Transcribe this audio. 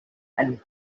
and